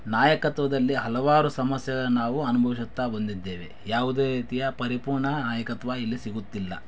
ನಾಯಕತ್ವದಲ್ಲಿ ಹಲವಾರು ಸಮಸ್ಯೆಯ ನಾವು ಅನುಭವಿಸುತ್ತಾ ಬಂದಿದ್ದೇವೆ ಯಾವುದೇ ರೀತಿಯ ಪರಿಪೂರ್ಣ ನಾಯಕತ್ವ ಇಲ್ಲಿ ಸಿಗುತ್ತಿಲ್ಲ